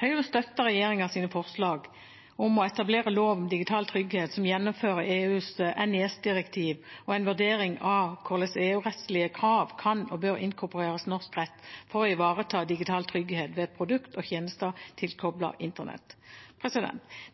Høyre støtter regjeringens forslag om å etablere lov om digital sikkerhet som gjennomfører EUs NIS-direktiv, og en vurdering av hvordan EU-rettslige krav kan og bør inkorporeres i norsk rett for å ivareta digital trygghet ved produkt og tjenester tilkoblet internett.